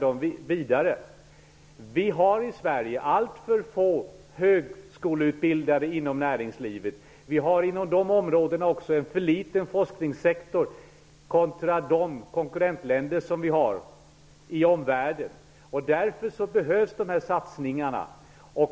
I Sverige har vi alltför få högskoleutbildade människor inom näringslivet. Vi har inom dessa områden också en för liten forskningssektor kontra våra konkurrentländer i omvärlden. Därför behövs dessa satsningar.